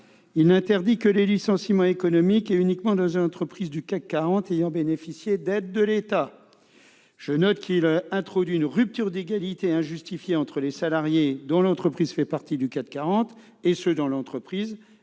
à interdire que les licenciements économiques et uniquement dans les entreprises du CAC 40 ayant bénéficié d'aides de l'État. Je note qu'il introduit une rupture d'égalité injustifiée entre les salariés d'une entreprise du CAC 40 et ceux dont l'entreprise n'est